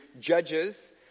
Judges